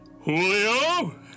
Julio